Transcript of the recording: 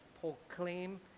proclaim